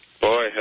Boy